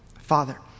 Father